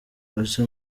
mfashe